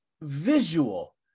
visual